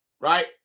right